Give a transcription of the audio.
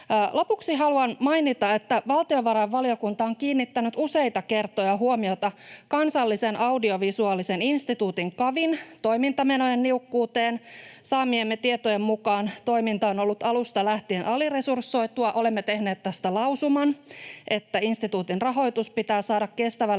Lopuksi haluan mainita, että valtiovarainvaliokunta on kiinnittänyt useita kertoja huomiota Kansallisen audiovisuaalisen instituutin KAVIn toimintamenojen niukkuuteen. Saamiemme tietojen mukaan toiminta on ollut alusta lähtien aliresursoitua. Olemme tehneet tästä lausuman, että instituutin rahoitus pitää saada kestävälle